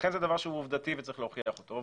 לכן זה דבר שהוא עובדתי וצריך להוכיח אותו,